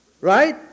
right